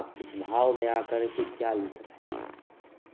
आप किस भाव में आकर के क्या लिख रहे हैं